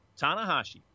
Tanahashi